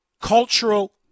cultural